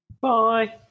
Bye